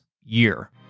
Year